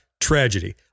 tragedy